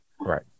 Right